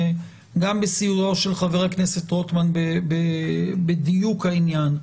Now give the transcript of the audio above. גם בסיועו של חברי הכנסת רוטמן בדיוק העניין,